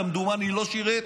כמדומני, הוא לא שירת,